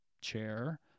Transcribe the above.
chair